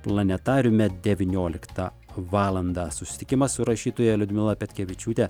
planetariume devynioliktą valandą susitikimas su rašytoja liudmila petkevičiūte